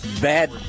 bad